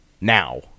now